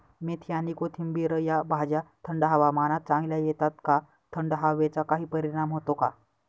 मेथी आणि कोथिंबिर या भाज्या थंड हवामानात चांगल्या येतात का? थंड हवेचा काही परिणाम होतो का?